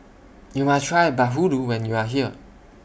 YOU must Try Bahulu when YOU Are here